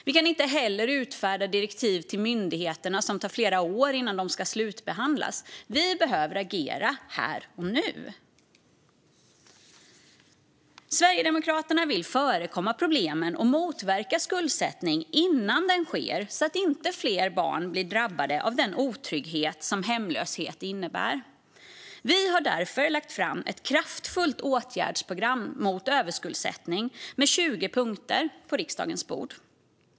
Vi kan inte heller utfärda direktiv till myndigheterna som tar fler år innan de ska slutbehandlas. Vi behöver agera här och nu. Sverigedemokraterna vill förekomma problemen och motverka skuldsättning innan den sker så att inte fler barn blir drabbade av den otrygghet som hemlöshet innebär. Vi har därför lagt fram ett kraftfullt åtgärdsprogram mot överskuldsättning med 20 punkter på riksdagens bord.